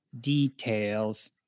details